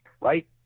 right